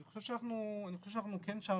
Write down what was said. אני חושב שאנחנו כן שם,